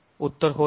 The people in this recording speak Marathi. उत्तर होय आहे